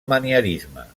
manierisme